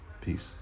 Peace